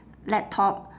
laptop